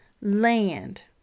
land